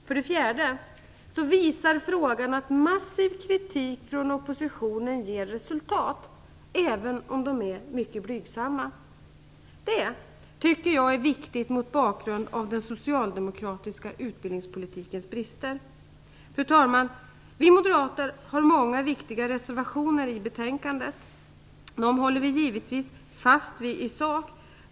För det fjärde visar frågan att massiv kritik från oppositionen ger resultat, även om de är blygsamma. Det är viktigt mot bakgrund av den socialdemokratiska utbildningspolitikens brister. Fru talman! Vi moderater har många viktiga reservationer till betänkandet. De håller vi givetvis fast vid i sak.